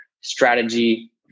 strategy